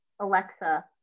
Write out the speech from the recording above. alexa